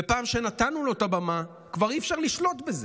ומרגע שנתנו לו את הבמה, כבר אי-אפשר לשלוט בזה,